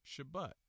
Shabbat